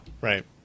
Right